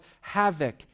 havoc